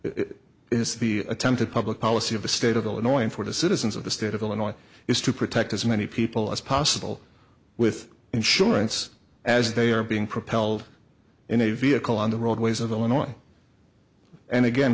the attempted public policy of the state of illinois and for the citizens of the state of illinois is to protect as many people as possible with insurance as they are being propelled in a vehicle on the roadways of illinois and again